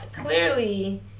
clearly